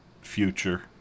future